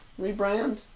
Rebrand